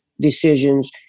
decisions